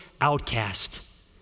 outcast